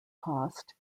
cost